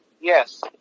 yes